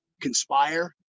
conspire